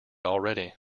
already